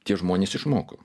tie žmonės išmoko